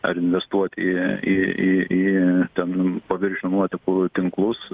ar investuot į į į į ten paviršių nuotekų tinklus